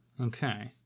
Okay